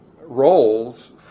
roles